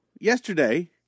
yesterday